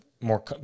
more